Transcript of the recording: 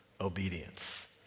obedience